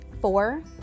Four